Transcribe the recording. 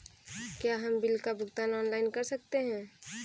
क्या हम बिल का भुगतान ऑनलाइन कर सकते हैं?